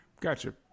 gotcha